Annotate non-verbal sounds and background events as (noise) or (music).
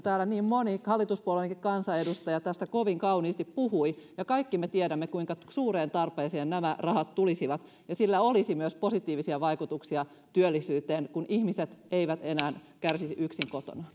(unintelligible) täällä niin moni hallituspuolueidenkin kansanedustaja tästä kovin kauniisti puhui kaikki me tiedämme kuinka suureen tarpeeseen nämä rahat tulisivat ja sillä olisi myös positiivisia vaikutuksia työllisyyteen kun ihmiset eivät enää kärsisi yksin kotona (unintelligible)